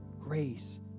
Grace